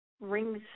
rings